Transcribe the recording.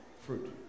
fruit